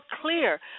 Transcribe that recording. clear